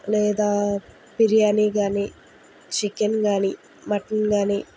లేదా బిర్యానీ కానీ చికెన్ కానీ మటన్ కానీ